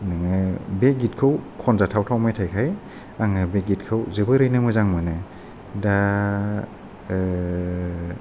नोङो बे गितखौ खनजाथाव थाव मेथाइखाय आङो बे गितखौ जोबोरैनो मोजां मोनो दा